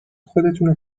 خودتونو